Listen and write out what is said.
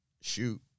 shoot